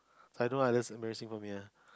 I know ah that's embarrassing for me ah